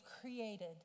created